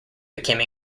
became